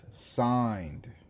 signed